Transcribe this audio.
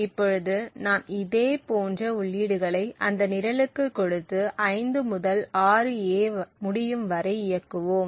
இப்பொழுது நாம் இதே போன்ற உள்ளீடுகளை அந்த நிரலுக்கு கொடுத்து 5 முதல் 6 A முடியும் வரை இயக்குவோம்